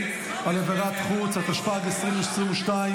על עבירת חוץ שנעברה בידי אזרח ישראלי או תושב ישראל),